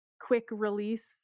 quick-release